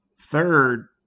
Third